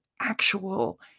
actual